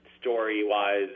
story-wise